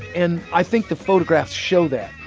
and i think the photographs show that.